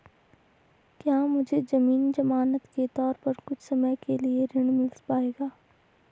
क्या मुझे ज़मीन ज़मानत के तौर पर कुछ समय के लिए ऋण मिल पाएगा?